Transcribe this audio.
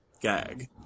gag